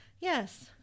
yes